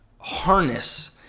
harness